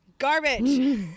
garbage